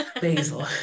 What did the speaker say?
basil